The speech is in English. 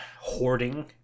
hoarding